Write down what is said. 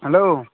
hello